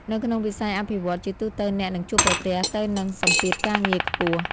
នៅក្នុងវិស័យអភិវឌ្ឍន៍ ជាទូទៅអ្នកនឹងជួបប្រទះទៅនឹង សម្ពាធការងារខ្ពស់។